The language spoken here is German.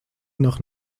nach